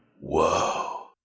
whoa